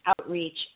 outreach